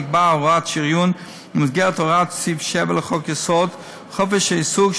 נקבעה הוראת שריון במסגרת הוראות סעיף 7 לחוק-יסוד: חופש העיסוק,